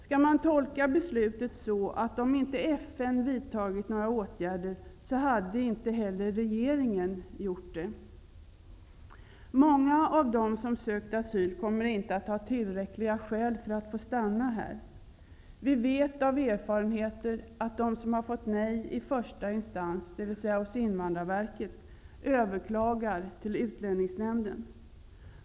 Skall man tolka beslutet så, att om FN inte vidtagit några åtgärder, hade inte heller regeringen gjort det? Många av dem som sökt asyl kommer inte att ha tillräckliga skäl för att få stanna här. Vi vet av erfarenhet att de som får nej i första instans, dvs. av Utlänningsnämnden.